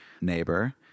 neighbor